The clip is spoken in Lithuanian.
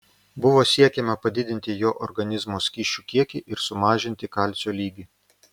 buvo siekiama padidinti jo organizmo skysčių kiekį ir sumažinti kalcio lygį